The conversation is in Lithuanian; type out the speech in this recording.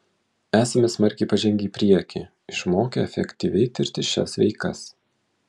esame smarkiai pažengę į priekį išmokę efektyviai tirti šias veikas